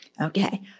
Okay